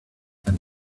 and